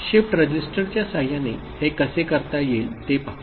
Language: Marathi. शिफ्ट रजिस्टरच्या सहाय्याने हे कसे करता येईल ते पाहू